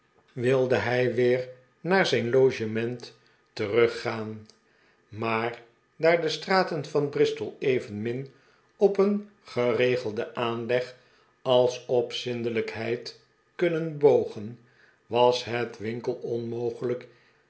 wilde hij weer naar zijn logement teruggaan maar daar de straten van bristol evenmin op een geregelden aanleg als op zindelijkheid kunnen bogen was het winkle onmogelijk